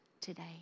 today